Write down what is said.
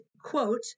quote